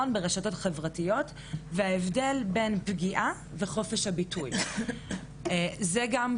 זה גם צד ממש קטן אבל זה משהו שצריך ליישם אותו במגמה הרבה יותר רחבה,